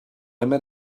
met